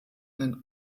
den